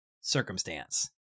circumstance